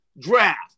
draft